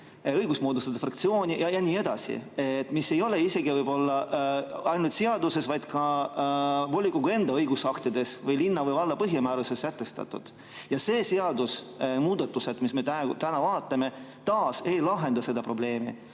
õigust moodustada fraktsiooni ja nii edasi, mis ei ole isegi võib-olla ainult seaduses, vaid ka volikogu enda õigusaktides või linna või valla põhimääruses sätestatud. Need seadusemuudatused, mida me täna vaatame, taas ei lahenda seda minu